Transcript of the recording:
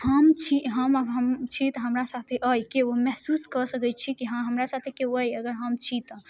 हम छी हम हम छी तऽ हमरा साथे अइ केओ महसूस कऽ सकै छी कि हाँ हमरा साथे केओ अइ अगर हम छी तऽ